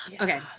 Okay